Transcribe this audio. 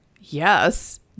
Yes